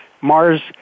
Mars